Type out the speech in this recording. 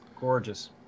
gorgeous